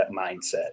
mindset